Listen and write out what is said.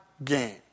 Game